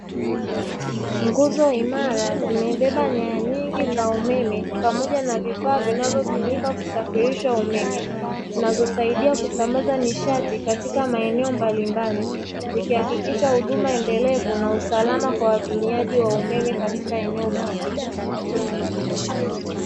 Nguzo imara zimebeba nyaya nyingi za umeme pamoja na vifaa vinavyo tumika kusafirisha umeme, zinazo saidia kusambaza nishati katika maeneo mbalimbali; ziki hakikisha huduma endelevu na usalama kwa watumiaji wa umeme katika eneo husika.